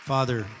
Father